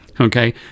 Okay